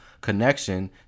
connection